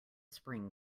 spring